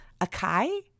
akai